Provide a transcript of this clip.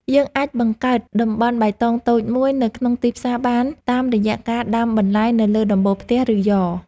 យើងអាចបង្កើតតំបន់បៃតងតូចមួយនៅក្នុងទីក្រុងបានតាមរយៈការដាំបន្លែនៅលើដំបូលផ្ទះ ឬយ៉រ។